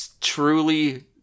truly